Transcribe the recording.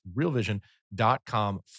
realvision.com